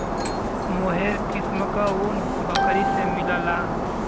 मोहेर किस्म क ऊन बकरी से मिलला